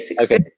Okay